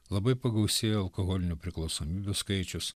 labai pagausėjo alkoholinių priklausomybių skaičius